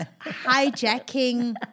hijacking